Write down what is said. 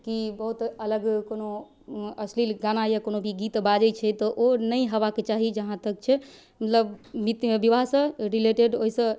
की बहुत अलग कोनो अश्लील गाना या कोनो भी गीत बाजै छै तऽ ओ नहि हेबाक चाही जहाँ तक छै मतलब बिवाहसँ रिलेटेड ओइसँ